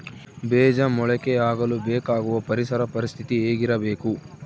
ಬೇಜ ಮೊಳಕೆಯಾಗಲು ಬೇಕಾಗುವ ಪರಿಸರ ಪರಿಸ್ಥಿತಿ ಹೇಗಿರಬೇಕು?